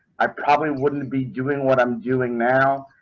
i probably wouldn't be doing what i'm doing now.